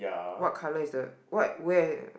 what colour is the what where